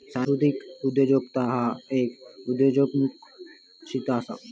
सांस्कृतिक उद्योजकता ह्य एक उदयोन्मुख शिस्त असा